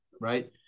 right